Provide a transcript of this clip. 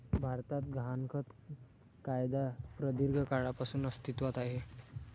भारतात गहाणखत कायदा प्रदीर्घ काळापासून अस्तित्वात आहे